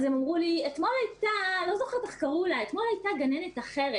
הם אמרו לי: "אתמול הייתה גננת אחרת.